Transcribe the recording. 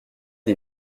des